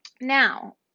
Now